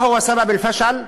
מהי סיבת הכישלון?